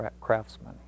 craftsmen